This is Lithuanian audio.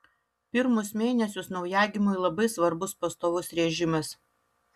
pirmus mėnesius naujagimiui labai svarbus pastovus režimas